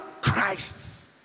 Christ